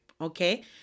Okay